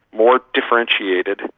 more differentiated,